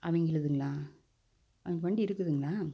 அவங்களுதுங்களா ஆ வண்டி இருக்குதுங்களா